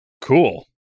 Cool